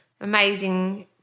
amazing